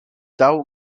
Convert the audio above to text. thou